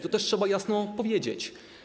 To też trzeba jasno powiedzieć.